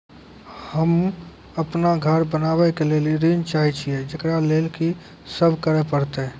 होम अपन घर बनाबै के लेल ऋण चाहे छिये, जेकरा लेल कि सब करें परतै?